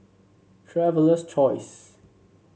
Traveler's Choice